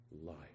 life